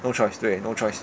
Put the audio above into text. no choice 对 no choice